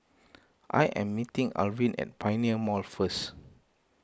I am meeting Arvin at Pioneer Mall first